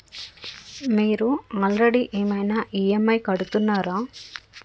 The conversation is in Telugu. మీరు ఆల్రెడీ ఏమైనా ఈ.ఎమ్.ఐ కడుతున్నారా?